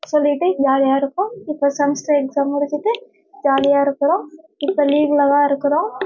சொல்லிட்டா ஜாலியாக இருக்கும் இப்போது செமஸ்டர் எக்ஸாம் முடிச்சுட்டு ஜாலியாக இருக்கிறோம் இப்போ லீவில் தான் இருக்கிறோம்